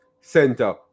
center